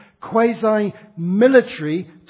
quasi-military